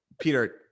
Peter